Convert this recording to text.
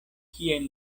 kien